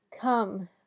Come